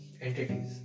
entities